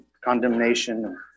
condemnation